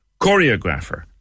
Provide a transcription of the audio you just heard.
choreographer